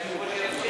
אם היושב-ראש ירשה.